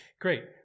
Great